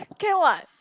can what